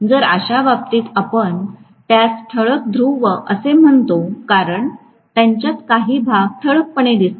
तर अशा बाबतीत आपण त्यास ठळक ध्रुव असे म्हणतो कारण त्यांच्यात काही भाग ठळकपणे दिसतात